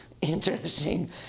interesting